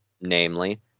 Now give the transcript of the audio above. namely